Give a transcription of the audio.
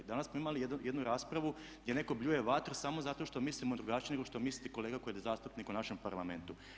Danas smo imali jednu raspravu gdje netko bljuje vatru samo zato što mislimo drugačije nego što misli kolega koji je zastupnik u našem Parlamentu.